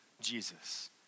Jesus